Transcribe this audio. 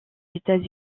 états